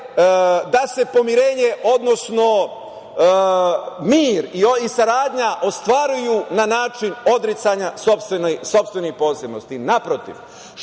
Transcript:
da se pomirenje odnosno mir i saradnja ostvaruju na način odricanja sopstvenih posebnosti. Naprotiv,